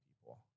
people